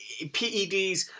PEDs